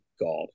God